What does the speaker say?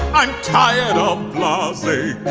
i'm tired. oh lovely